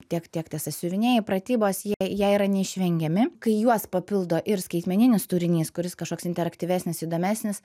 tiek tiek tie sasiuviniai pratybos jie yra neišvengiami kai juos papildo ir skaitmeninis turinys kuris kažkoks interaktyvesnis įdomesnis